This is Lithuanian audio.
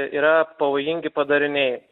yra pavojingi padariniai